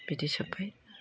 बिदै सोब्बाय